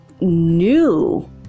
new